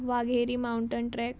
Waghire mountain track